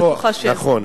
אני בטוחה, נכון.